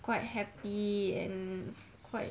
quite happy and quite